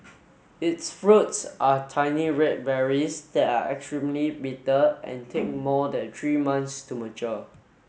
its fruits are tiny red berries that are actually bitter and take more than three months to mature